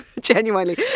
Genuinely